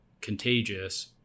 contagious